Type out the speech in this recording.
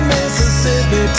Mississippi